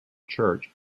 church